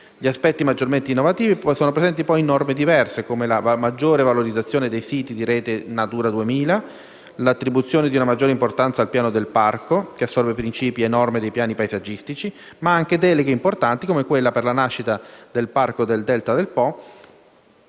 Gli aspetti maggiormente innovativi sono presenti in norme diverse, come la maggiore valorizzazione dei siti di Rete Natura 2000, l'attribuzione di una maggiore importanza al piano del parco (che assorbe principi e norme dei piani paesaggistici), ma anche in deleghe importanti come quella per la nascita del Parco del Delta del Po,